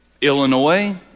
Illinois